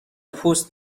پوست